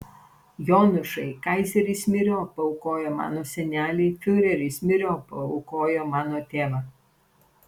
jonušai kaizeris myriop paaukojo mano senelį fiureris myriop paaukojo mano tėvą